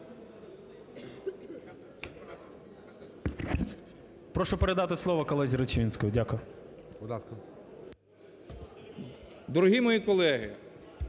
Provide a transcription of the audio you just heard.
Дорогі мої колеги,